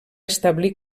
establir